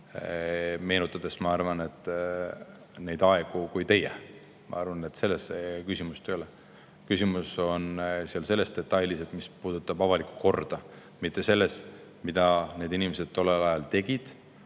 aegu, ma arvan, nagu ka teie. Ma arvan, et selles küsimust ei ole. Küsimus on selles detailis, mis puudutab avalikku korda, mitte selles, mida need inimesed tollel ajal tegid,